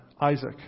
Isaac